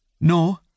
No